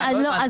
לא הבנתי.